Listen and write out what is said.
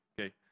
okay